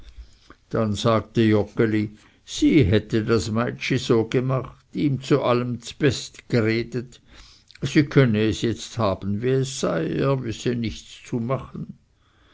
dann sagte joggeli sie hätte das meitschi so gemacht ihm zu allem z'best geredet sie könne es jetzt haben wie es sei er wisse nichts zu machen